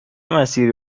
مسیری